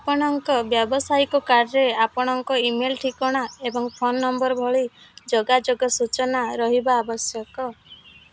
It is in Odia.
ଆପଣଙ୍କ ବ୍ୟାବସାୟିକ କାର୍ଡ଼ରେ ଆପଣଙ୍କ ଇ ମେଲ୍ ଠିକଣା ଏବଂ ଫୋନ ନମ୍ବର ଭଳି ଯୋଗାଯୋଗ ସୂଚନା ରହିବା ଆବଶ୍ୟକ